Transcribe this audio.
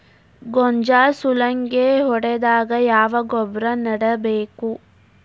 ಗೋಂಜಾಳ ಸುಲಂಗೇ ಹೊಡೆದಾಗ ಯಾವ ಗೊಬ್ಬರ ನೇಡಬೇಕು?